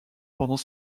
pendant